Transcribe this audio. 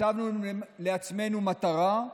הצבנו לעצמנו מטרה,